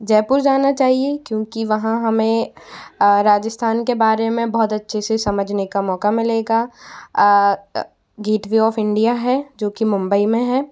जयपुर जाना चाहिये क्योंकि वहाँ हमें राजिस्थान के बारे में बहुत अच्छे से समझने का मौका मिलेगा गेट वे ऑफ इंडिया है जो कि मुंबई में है